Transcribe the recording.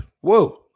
whoa